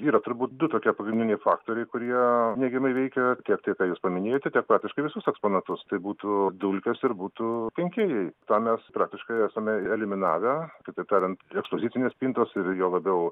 yra turbūt du tokie pagrindiniai faktoriai kurie neigiamai veikia kiek tai ką jūs paminėjote tiek praktiškai visus eksponatus tai būtų dulkės ir būtų kenkėjai tą mes praktiškai esame eliminavę kitaip tariant ekspozicinės spintos ir juo labiau